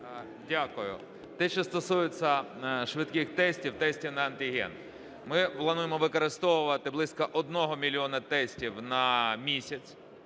Дякую. Те, що стосується швидких тестів, тестів на антиген. Ми плануємо використовувати близько 1 мільйона тестів на місяць,